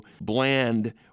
bland